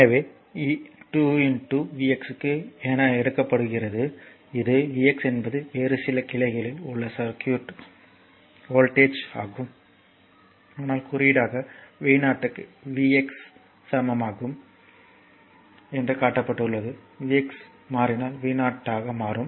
எனவே 2 V x க்கு எடுக்கப்படுகிறது இது V x என்பது வேறு சில கிளைகளில் உள்ள சர்க்யூட்யின் வோல்ட்டேஜ் ஆகும் ஆனால் குறியீடாக V 0 க்கு Vx சமம் ஆகும் என்று காட்டப்பட்டுள்ளது Vx மாறினால் V 0 மாறும்